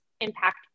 impact